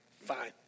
fine